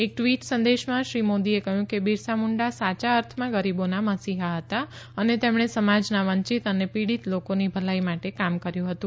એક ટ્વી સંદેશમાં શ્રી મોદીએ કહ્યું કે બિરસામુંડા સાચા અર્થમાં ગરીબોના મસીહા હતા અને તેમણે સમાજના વંચિત અને પીડિત લોકોની ભલાઇ માલે કામ કર્યું હતું